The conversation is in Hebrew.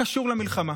קשורים למלחמה?